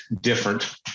different